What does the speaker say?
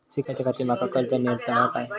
शिकाच्याखाती माका कर्ज मेलतळा काय?